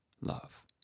love